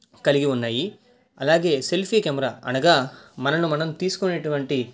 కలిగి ఉన్నయి అలాగే సెల్ఫీ కెమెరా అనగా మనలను మనం తీసుకొనేటువంటి